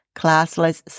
classless